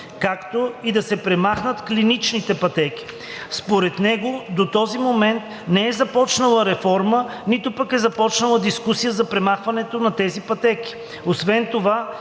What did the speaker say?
както и да се премахнат клиничните пътеки. Според него до този момент не е започнала реформа, нито пък е започнала дискусия за премахването на тези пътеки. Освен това